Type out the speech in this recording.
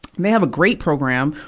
they have a great program,